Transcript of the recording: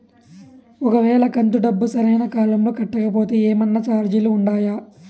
ఒక వేళ కంతు డబ్బు సరైన కాలంలో కట్టకపోతే ఏమన్నా చార్జీలు ఉండాయా?